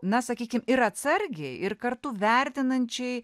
na sakykim ir atsargiai ir kartu vertinančiai